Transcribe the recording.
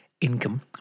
income